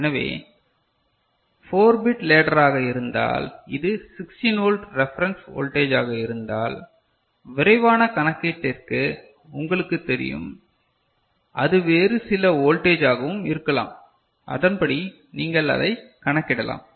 எனவே இது 4 bit ladder ஆக இருந்தால் இது 16 வோல்ட் ரெஃபரன்ஸ் வோல்டேஜ் ஆக இருந்தால் விரைவான கணக்கீட்டிற்கு உங்களுக்குத் தெரியும் அது வேறு சில வோல்டேஜ் ஆகவும் இருக்கலாம் அதன்படி நீங்கள் அதைக் கணக்கிடலாம்